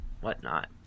whatnot